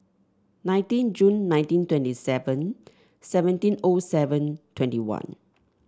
nineteen June nineteen twenty seven seventeen O seven twenty one